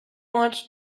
lunch